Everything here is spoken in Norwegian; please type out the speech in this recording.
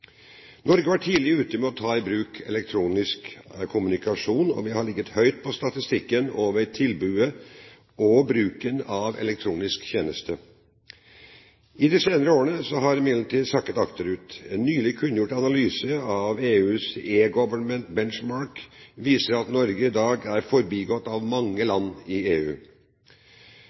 Norge var tidlig ute med å ta i bruk elektronisk kommunikasjon, og vi har ligget høyt på statistikken over tilbudet og bruken av elektroniske tjenester. I de senere årene har vi imidlertid sakket akterut. En nylig kunngjort analyse av EUs eGovernment Benchmark viser at Norge i dag er forbigått av mange land i EU.